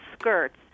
skirts